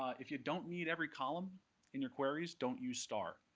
if you don't need every column in your queries, don't use star.